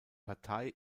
partei